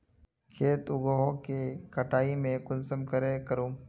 खेत उगोहो के कटाई में कुंसम करे करूम?